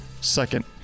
Second